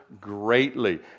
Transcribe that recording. greatly